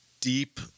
deep